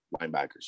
linebackers